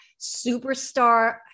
superstar